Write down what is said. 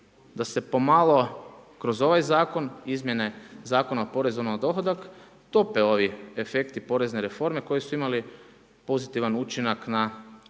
da se pomalo kroz ovaj Zakon izmjene Zakona o porezu na dohodak tope ovi efekti porezne reforme koji su imali pozitivan učinak na